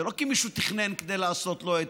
זה לא כי מישהו תכנן כדי לעשות לו,